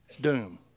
doom